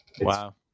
Wow